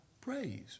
praise